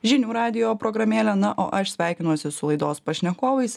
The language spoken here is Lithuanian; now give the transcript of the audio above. žinių radijo programėlę na o aš sveikinuosi su laidos pašnekovais